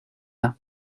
ans